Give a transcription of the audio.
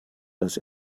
dass